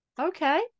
Okay